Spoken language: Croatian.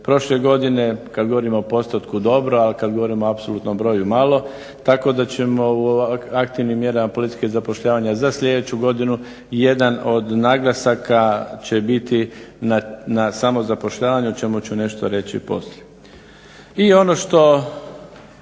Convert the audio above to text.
prošle godine. Kad govorimo o postotku dobro, ali kad govorimo o apsolutnom broju malo. Tako da ćemo u aktivnim mjerama politike zapošljavanja za sljedeću godinu jedan od naglasaka će biti na samozapošljavanju o čemu ću nešto reći poslije. I ono što